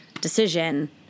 decision